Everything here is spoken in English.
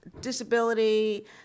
disability